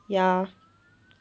ya